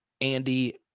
Andy